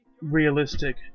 realistic